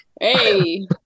Hey